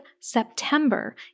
September